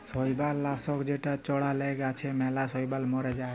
শৈবাল লাশক যেটা চ্ড়ালে গাছে ম্যালা শৈবাল ম্যরে যায়